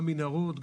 גם מנהרות,